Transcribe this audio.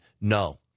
No